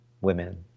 women